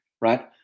right